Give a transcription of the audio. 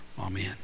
Amen